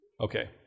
Okay